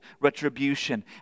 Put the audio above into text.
retribution